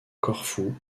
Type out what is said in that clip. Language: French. corfou